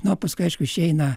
nu o paskui aišku išeina